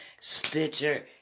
Stitcher